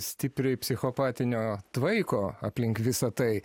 stipriai psichopatinio tvaiko aplink visa tai